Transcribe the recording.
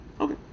Okay